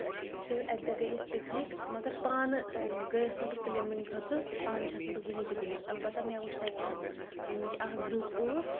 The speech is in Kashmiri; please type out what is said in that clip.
تہٕ اِکہِ دوہ گٔیٚے أسۍ پِکنِک مَگر پانہٕ گٔیس نہٕ بہٕ کٕلیمبِنگ خٲطرٕ پانہٕ چھَس نہٕ بہٕ زٔہنۍ تہِ گٔمٕژ اَلبتہ مےٚ وُچھ تَتہِ نَس اکھ گروٚپ اوس